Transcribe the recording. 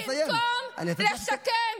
במקום לשקם,